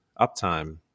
uptime